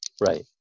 Right